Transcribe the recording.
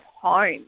home